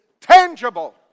tangible